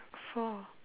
four